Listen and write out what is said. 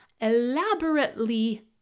elaborately